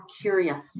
curious